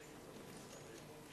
ההצעה להעביר את הצעת חוק הגנת הצרכן (תיקון מס' 27)